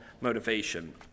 motivation